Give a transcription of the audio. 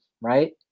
right